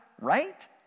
right